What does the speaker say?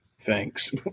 Thanks